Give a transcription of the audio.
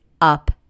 up